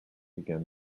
again